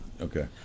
Okay